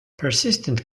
persistent